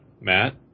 Matt